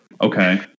Okay